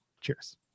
Cheers